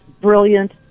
brilliant